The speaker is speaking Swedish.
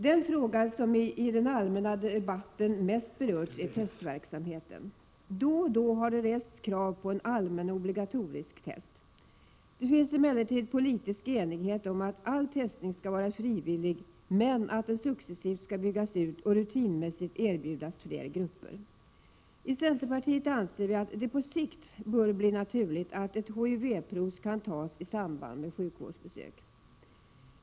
Den fråga som berörs mest i den allmänna debatten är testverksamheten. Då och då har det ställts krav på en allmän och obligatorisk test. Det finns emellertid politisk enighet om att all testning skall vara frivillig, men att den successivt skall byggas ut och rutinmässigt erbjudas fler grupper. I centerpartiet anser vi att det på sikt bör bli naturligt att ett HIV-prov tas i samband med sjukvårdsbesök.